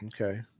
okay